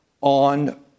on